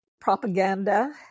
propaganda